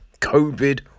COVID